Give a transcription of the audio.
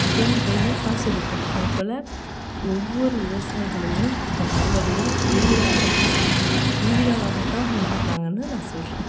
அப்போதான் அவங்க கையில் காசு இருக்கும் அதுப்போல ஒவ்வொரு விவசாயிகளுமே தன் அறுவடையை திருவிழாகத்தான் திருவிழாவாகத்தான் கொண்டாடுறாங்கன்னு நான் சொல்கிறேன்